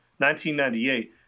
1998